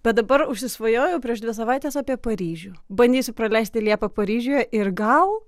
bet dabar užsisvajojau prieš dvi savaites apie paryžių bandysiu praleisti liepą paryžiuje ir gal